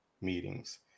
meetings